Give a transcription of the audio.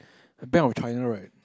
Bank of China right